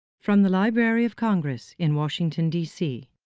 from the library of congress in washington dc.